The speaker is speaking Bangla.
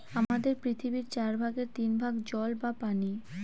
আমাদের পৃথিবীর চার ভাগের তিন ভাগ হল জল বা পানি